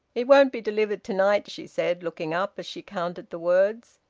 it won't be delivered to-night, she said, looking up, as she counted the words.